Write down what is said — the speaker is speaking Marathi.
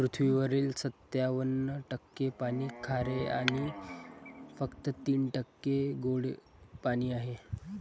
पृथ्वीवरील सत्त्याण्णव टक्के पाणी खारे आणि फक्त तीन टक्के गोडे पाणी आहे